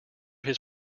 his